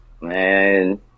man